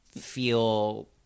feel